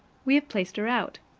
we have placed her out.